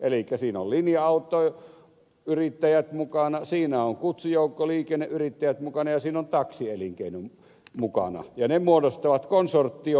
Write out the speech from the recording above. elikkä siinä ovat linja autoyrittäjät mukana siinä ovat kutsujoukkoliikenneyrittäjät mukana ja siinä on taksielinkeino mukana ja ne muodostavat konsortion